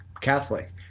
Catholic